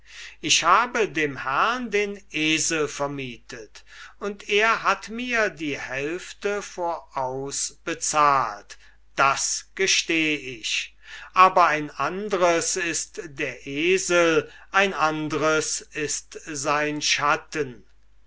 ich habe dem herrn den esel vermietet und er hat mir die hälfte voraus bezahlt das gesteh ich aber ein anders ist der esel ein anders ist sein schatten